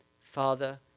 Father